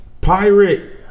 Pirate